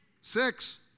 Six